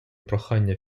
прохання